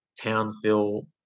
Townsville